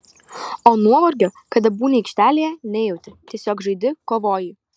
o nuovargio kada būni aikštelėje nejauti tiesiog žaidi kovoji